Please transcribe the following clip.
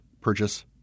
purchase